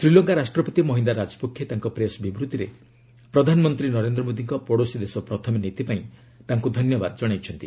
ଶ୍ରୀଲଙ୍କା ରାଷ୍ଟ୍ରପତି ମହିନ୍ଦା ରାଜପକ୍ଷେ ତାଙ୍କ ପ୍ରେସ୍ ବିବୃତ୍ତରେ ପ୍ରଧାନମନ୍ତ୍ରୀ ନରେନ୍ଦ୍ର ମୋଦୀଙ୍କ 'ପଡ଼ୋଶୀ ଦେଶ ପ୍ରଥମେ' ନୀତି ପାଇଁ ତାଙ୍କ ଧନ୍ୟବାଦ ଜଣାଇଛନ୍ତି